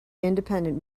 independent